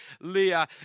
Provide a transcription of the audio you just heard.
Leah